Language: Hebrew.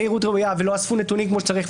ולא אספו נתונים כמו שצריך.